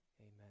amen